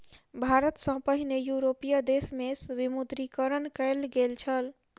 भारत सॅ पहिने यूरोपीय देश में विमुद्रीकरण कयल गेल छल